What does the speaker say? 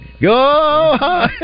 Go